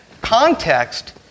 context